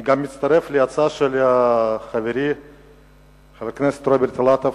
אני מצטרף להצעה של חברי חבר הכנסת רוברט אילטוב.